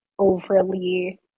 overly